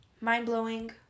Mind-blowing